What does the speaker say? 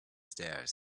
stairs